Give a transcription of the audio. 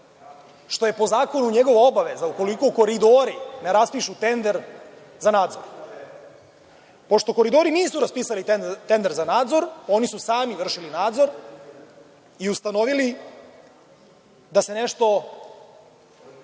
što je po zakonu njegova obaveza, ukoliko koridori ne raspišu tender za nadzor, pošto koridori nisu raspisali tender za nadzor, oni su sami vršili nadzor i ustanovili da se nešto